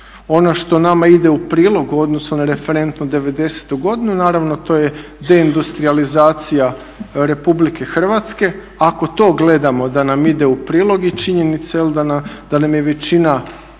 Ono što nama ide u prilog u odnosu na referentnu devedesetu godinu, naravno to je deindustrijalizacija Republike Hrvatske. Ako to gledamo da nam ide u prilog i činjenica da nam je većina